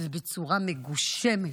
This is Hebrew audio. ובצורה מגושמת,